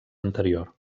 anterior